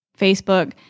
Facebook